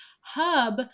hub